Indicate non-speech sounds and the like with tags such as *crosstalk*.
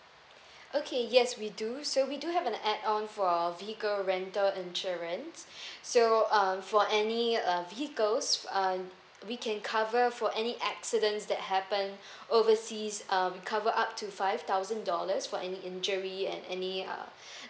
okay yes we do so we do have an add on for vehicle rental insurance *breath* so um for any uh vehicles uh we can cover for any accidents that happen *breath* overseas uh we cover up to five thousand dollars for any injury and any uh *breath*